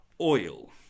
oil